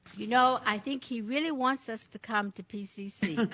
you know, i think he really wants us to come to pcc.